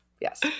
yes